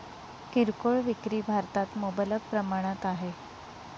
किरकोळ विक्री भारतात मुबलक प्रमाणात आहे